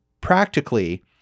practically